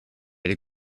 elle